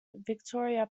victoria